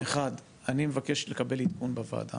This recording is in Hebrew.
אחד, אני מבקש לקבל עדכון בוועדה